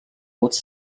haute